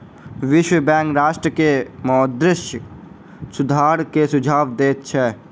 विश्व बैंक राष्ट्र के मौद्रिक सुधार के सुझाव दैत छै